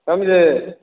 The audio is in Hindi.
कब ये